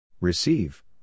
Receive